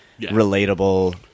relatable